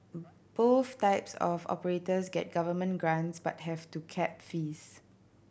both types of operators get government grants but have to cap fees